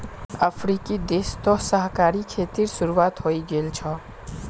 अफ्रीकी देश तो सहकारी खेतीर शुरुआत हइ गेल छ